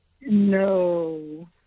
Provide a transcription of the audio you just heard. No